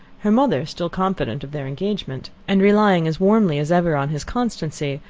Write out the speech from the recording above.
her mother, still confident of their engagement, and relying as warmly as ever on his constancy,